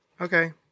Okay